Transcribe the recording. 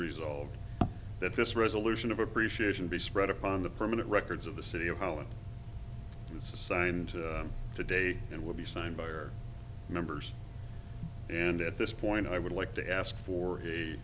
resolved that this resolution of appreciation be spread upon the permanent records of the city of how it was signed today and will be signed by our members and at this point i would like to ask for